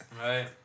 Right